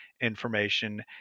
information